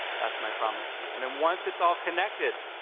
that's my promise to you. and then once it's all connected,